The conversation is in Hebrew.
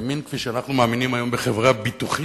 האמין כפי שאנחנו מאמינים היום בחברה ביטוחית,